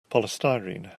polystyrene